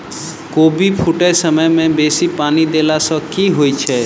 कोबी फूटै समय मे बेसी पानि देला सऽ की होइ छै?